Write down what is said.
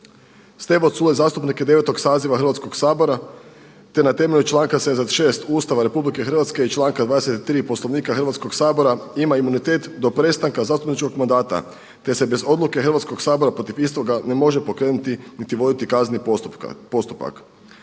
Stevo Culej zastupnik je 9 saziva Hrvatskog sabora, te na temelju članka 76. Ustava RH i članka 23. Poslovnika Hrvatskog sabora ima imunitet do prestanka zastupničkog mandata, te se bez odluke Hrvatskog sabora protiv istoga ne može pokrenuti, niti voditi kazneni postupak.